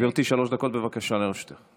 גברתי, שלוש דקות לרשותך, בבקשה.